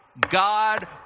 God